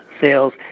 sales